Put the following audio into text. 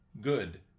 good